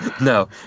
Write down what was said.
No